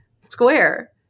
square